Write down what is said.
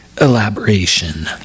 elaboration